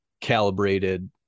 calibrated